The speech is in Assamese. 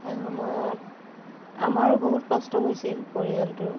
সেই সময়ত আমাৰো বহুত কষ্ট হৈছিল পৰিয়ালটোৰ